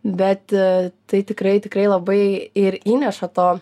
bet tai tikrai tikrai labai ir įneša to